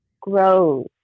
Grows